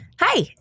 Hi